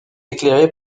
éclairé